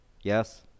yes